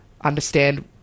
understand